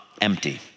empty